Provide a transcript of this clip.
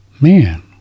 Man